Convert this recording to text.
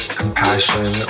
compassion